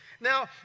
Now